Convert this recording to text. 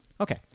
Okay